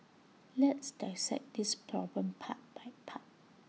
let's dissect this problem part by part